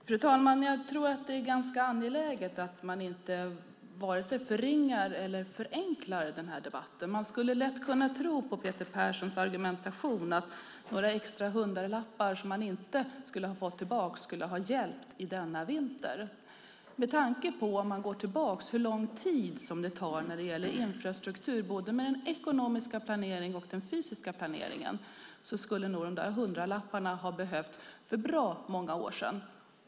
Fru talman! Jag tror att det är ganska angeläget att man inte vare sig förringar eller förenklar denna debatt. Man skulle lätt kunna tro på Peter Perssons argumentation om att några extra hundralappar som människor inte skulle ha fått tillbaka skulle ha hjälpt denna vinter. Med tanke på hur lång tid som det tar när det gäller infrastruktur i fråga om både den ekonomiska planeringen och den fysiska planeringen skulle dessa hundralappar ha behövts för bra många år sedan.